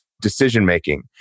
decision-making